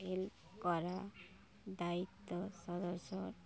help করা দায়িত্ব সদস্যর